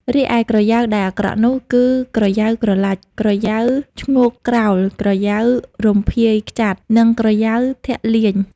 រីឯក្រយៅដែលអាក្រក់នោះ គឺ ក្រយៅក្រឡាច់ ក្រយៅឈ្ងោកក្រោល ក្រយៅរំភាយខ្ចាត់ និងក្រយៅធាក់លាញ។